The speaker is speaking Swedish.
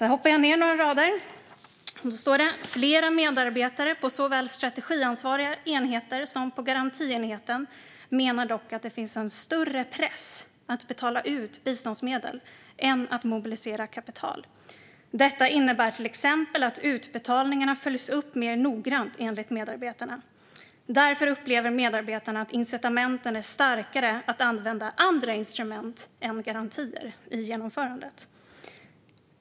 Några rader längre ned står följande: "Flera medarbetare på såväl strategiansvariga enheter som på garantienheten menar dock att det finns en större press att betala ut biståndsmedel än att mobilisera kapital. Detta innebär till exempel att utbetalningar följs upp mer noggrant, enligt medarbetarna. Därför upplever medarbetarna att incitamenten är starkare att använda andra instrument än garantier i strategigenomförandet."